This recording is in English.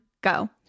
go